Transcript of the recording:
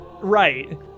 Right